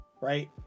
right